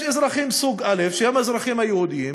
יש אזרחים סוג א' שהם האזרחים היהודים,